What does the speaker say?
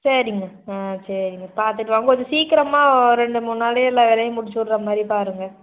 சரிங்க ஆ சரிங்க பார்த்துட்டு வாங்க கொஞ்சம் சீக்கிரமாக ரெண்டு மூணு நாள்லே எல்லா வேலையும் முடிச்சுவுட்ற மாதிரி பாருங்கள்